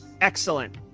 Excellent